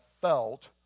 felt